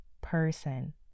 person